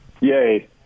Yay